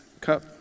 cup